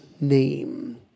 name